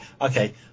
okay